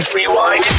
Rewind